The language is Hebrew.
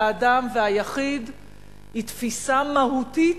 והאדם והיחיד היא תפיסה מהותית,